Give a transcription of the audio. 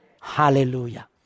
Hallelujah